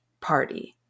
party